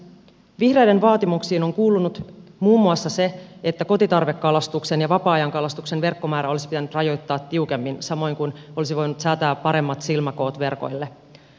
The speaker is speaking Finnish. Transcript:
vihreiden vaatimuksiin on kuulunut muun muassa se että kotitarvekalastuksen ja vapaa ajankalastuksen verkkomäärää olisi pitänyt rajoittaa tiukemmin samoin kuin olisi voinut säätää paremmat silmäkoot verkoille